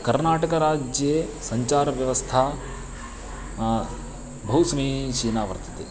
कर्नाटकराज्ये सञ्चारव्यवस्था बहु समीचीना वर्तते